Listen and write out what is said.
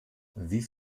wie